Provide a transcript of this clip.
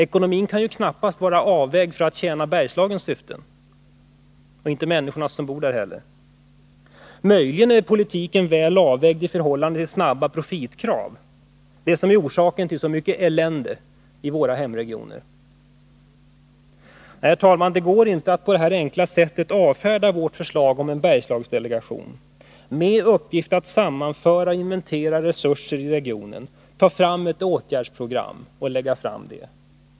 Ekonomin kan knappast vara avvägd för att tjäna Bergslagens syften — och inte människornas som bor där heller. Möjligen är politiken väl avvägd i förhållande till de krav på snabb profit som är orsaken till så mycket elände i våra hemregioner. Nej, herr talman, det går inte att på det här enkla sättet avfärda vårt förslag om en Bergslagsdelegation med uppgift att sammanföra och inventera tesurser i regionen, ta fram ett åtgärdsprogram för regionen och lägga fram det.